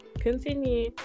Continue